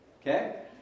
Okay